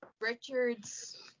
Richard's